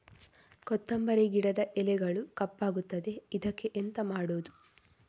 ಕೊತ್ತಂಬರಿ ಗಿಡದ ಎಲೆಗಳು ಕಪ್ಪಗುತ್ತದೆ, ಇದಕ್ಕೆ ಎಂತ ಮಾಡೋದು?